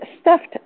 stuffed